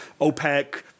OPEC